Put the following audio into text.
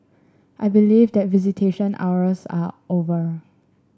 I believe that visitation hours are over